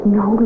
no